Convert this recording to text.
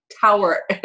tower